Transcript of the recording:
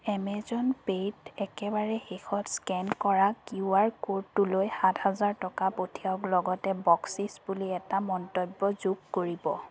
Amazon পে'ত একেবাৰে শেষত স্কেন কৰা কিউ আৰ ক'ডটোলৈ সাতহাজাৰ টকা পঠিয়াওক লগতে বকচিচ বুলি এটা মন্তব্য যোগ কৰিব